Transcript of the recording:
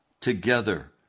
together